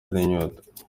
n’inyota